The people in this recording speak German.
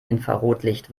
infrarotlicht